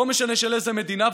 לא משנה של איזו מדינה,